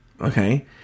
Okay